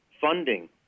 funding